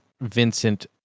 vincent